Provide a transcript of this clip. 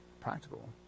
practical